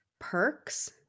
perks